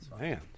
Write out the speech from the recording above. Man